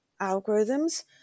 algorithms